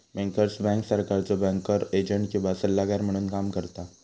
bankers bank सरकारचो banker agent किंवा सल्लागार म्हणून काम करता